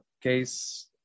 case